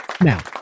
Now